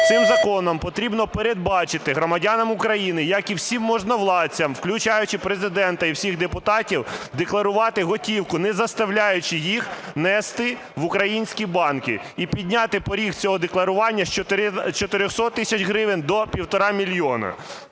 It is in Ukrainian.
цим законом потрібно передбачити громадянам України, як і всім можновладцям, включаючи Президента і всіх депутатів, декларувати готівку, не заставляючи їх нести в українські банки, і підняти поріг цього декларування з 400 тисяч гривень до 1,5 мільйона.